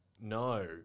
No